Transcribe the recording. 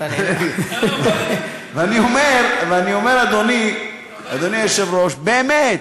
ואני אומר, אדוני היושב-ראש, באמת,